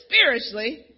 spiritually